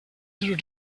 through